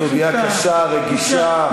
סוגיה קשה, רגישה.